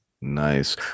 Nice